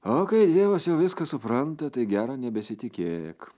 o kai dievas jau viską supranta tai gera nebesitikėk